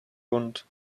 bunt